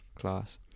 class